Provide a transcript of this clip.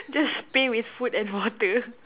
just pay with food and water